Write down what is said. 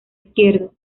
izquierdo